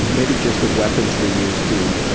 maybe just the weapons we use to, ah,